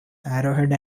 arrowhead